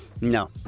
No